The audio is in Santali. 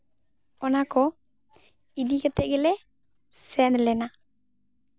ᱚᱱᱟ ᱠᱚ ᱤᱫᱤ ᱠᱟᱛᱮ ᱜᱮᱞᱮ ᱥᱮᱱ ᱞᱮᱱᱟ